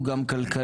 הוא גם כלכלי,